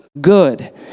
good